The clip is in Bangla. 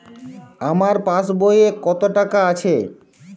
আমার পাসবই এ কত টাকা আছে?